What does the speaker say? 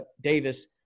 Davis